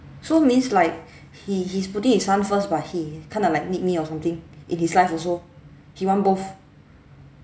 so means like he he's putting his son first but he kinda like need me or something in his life also he want both